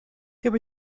there